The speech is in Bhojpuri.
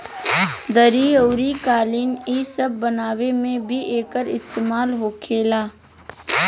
दरी अउरी कालीन इ सब बनावे मे भी एकर इस्तेमाल होखेला